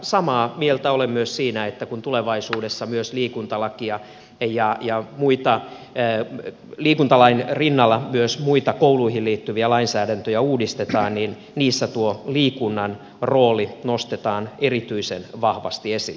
samaa mieltä olen myös siitä että kun tulevaisuudessa myös liikuntalakia ja ajaa muita ey liikuntalain rinnalla myös muita kouluihin liittyviä lainsäädäntöjä uudistetaan niin niissä tuo liikunnan rooli nostetaan erityisen vahvasti esille